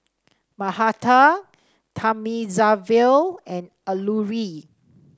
Mahatma Thamizhavel and Alluri